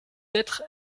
être